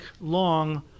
long